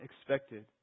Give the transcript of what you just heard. expected